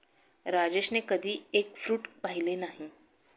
राजेशने कधी egg fruit पाहिलं नाही